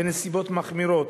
בנסיבות מחמירות,